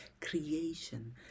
creation